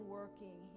working